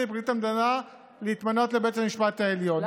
ופרקליט המדינה להתמנות לבית המשפט העליון.